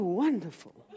wonderful